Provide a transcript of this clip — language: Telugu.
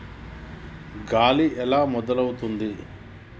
గాలి ఎలా మొదలవుతుంది?